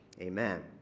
Amen